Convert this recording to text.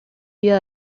día